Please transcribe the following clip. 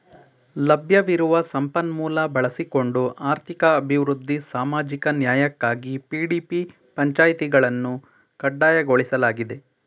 ಲಭ್ಯವಿರುವ ಸಂಪನ್ಮೂಲ ಬಳಸಿಕೊಂಡು ಆರ್ಥಿಕ ಅಭಿವೃದ್ಧಿ ಸಾಮಾಜಿಕ ನ್ಯಾಯಕ್ಕಾಗಿ ಪಿ.ಡಿ.ಪಿ ಪಂಚಾಯಿತಿಗಳನ್ನು ಕಡ್ಡಾಯಗೊಳಿಸಲಾಗಿದೆ